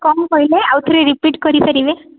କ'ଣ କହିଲେ ଆଉ ଥରେ ରିପିଟ୍ କରି ପାରିବେ